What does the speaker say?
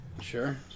Sure